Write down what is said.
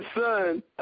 son